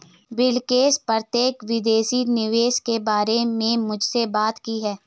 बिलकिश प्रत्यक्ष विदेशी निवेश के बारे में मुझसे बात की